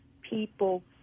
People